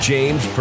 James